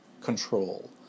control